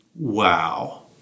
Wow